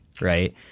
right